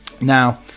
Now